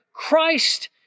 Christ